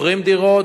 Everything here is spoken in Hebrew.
מוכרים דירות,